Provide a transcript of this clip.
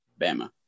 Bama